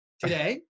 today